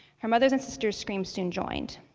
her mother and sisters screams soon joined.